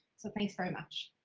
so thanks very much.